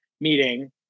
meeting